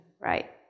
right